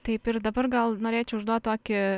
taip ir dabar gal norėčiau užduot tokį